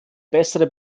bessere